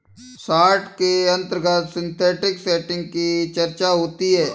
short के अंतर्गत synthetic setting की चर्चा होती है